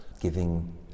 Giving